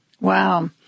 Wow